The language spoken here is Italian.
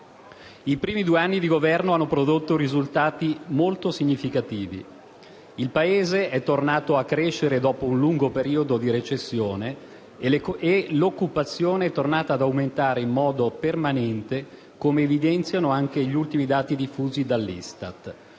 I primi due anni di Governo hanno prodotto risultati molto significativi. Il Paese è tornato a crescere dopo un lungo periodo di recessione e l'occupazione è tornata ad aumentare in modo permanente, come evidenziano anche gli ultimi dati diffusi dall'ISTAT.